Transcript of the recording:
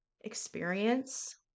experience